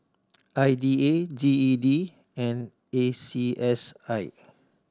I D A G E D and A C S I